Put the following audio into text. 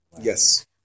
Yes